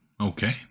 Okay